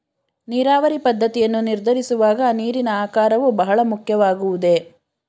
ನೀರಾವರಿ ಪದ್ದತಿಯನ್ನು ನಿರ್ಧರಿಸುವಾಗ ನೀರಿನ ಆಕಾರವು ಬಹಳ ಮುಖ್ಯವಾಗುವುದೇ?